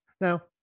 Now